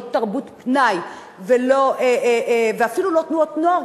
לא תרבות פנאי ואפילו לא תנועות נוער,